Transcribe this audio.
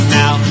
now